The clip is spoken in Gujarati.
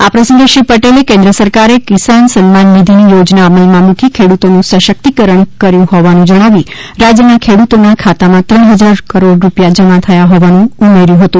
આ પ્રસંગે શ્રી પટેલે કેન્દ્ર સરકારે કિસાન સન્માન નિધિની યોજના અમલમાં મૂકી ખેડૂતોનું સશક્તિકરણ કર્યુ હોવાનું જણાવી રાજ્યના ખેડૂતોના ખાતામાં ત્રણ હજાર કરોડ રૂપિયા જમા થયા હોવાનું ઉમેર્યુ હતું